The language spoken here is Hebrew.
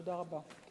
תודה רבה.